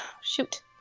shoot